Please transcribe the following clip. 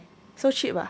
so cheap ah